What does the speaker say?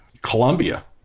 Colombia